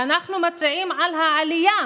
ואנחנו מצביעים על העלייה,